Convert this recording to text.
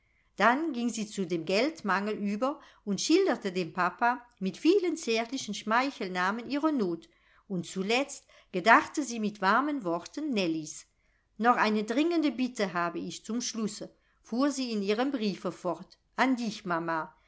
dann ging sie zu dem geldmangel über und schilderte dem papa mit vielen zärtlichen schmeichelnamen ihre not und zuletzt gedachte sie mit warmen worten nellies noch eine dringende bitte habe ich zum schlusse fuhr sie in ihrem briefe fort an dich mama